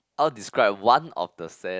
or describe one of the sad